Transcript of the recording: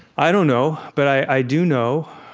i don't know, but i do know